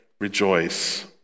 rejoice